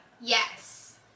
Yes